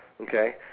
Okay